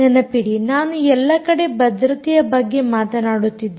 ನೆನಪಿಡಿ ನಾನು ಎಲ್ಲಕಡೆ ಭದ್ರತೆಯ ಬಗ್ಗೆ ಮಾತನಾಡುತ್ತಿದ್ದೆ